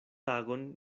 tagon